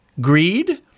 Greed